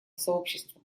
сообщества